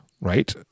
right